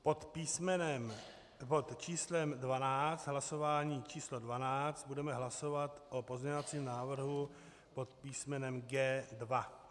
Pod písmenem, pod číslem 12, v hlasování číslo 12 budeme hlasovat o pozměňovacím návrhu pod písmenem G2.